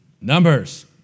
Numbers